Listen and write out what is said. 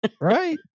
Right